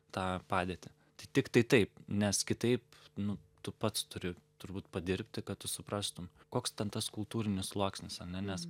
tą padėtį t tiktai taip nes kitaip nu tu pats turi turbūt padirbti kad tu suprastum koks ten tas kultūrinis sluoksnis ane nes